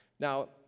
Now